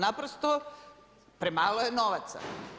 Naprosto premalo je novaca.